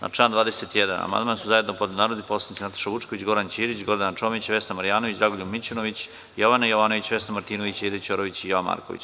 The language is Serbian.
Na član 21. amandman su zajedno podneli narodni poslanici Nataša Vučković, Goran Ćirić, Gordana Čomić, Vesna Marjanović, Dragoljub Mićunović, Jovana Jovanović, Vesna Martinović, Aida Ćorović i Jovan Marković.